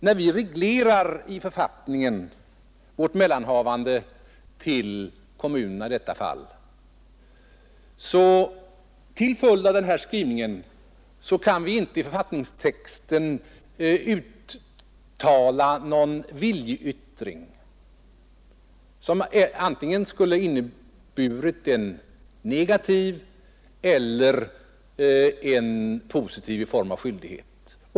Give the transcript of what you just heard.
När vi i författningen reglerar vårt mellanhavande med kommunerna i detta fall, kan vi till följd av denna skrivning inte i författningstexten uttala någon viljeyttring om en skyldighet, varken negativ eller positiv.